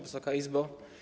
Wysoka Izbo!